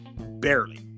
Barely